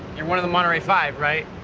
you're one of the monterey five, right?